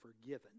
forgiven